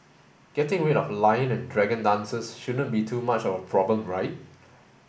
getting rid of lion and dragon dances shouldn't be too much of a problem right